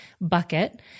bucket